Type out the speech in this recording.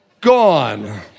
Gone